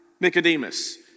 Nicodemus